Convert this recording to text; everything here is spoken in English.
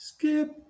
Skip